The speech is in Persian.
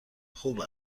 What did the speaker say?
خوب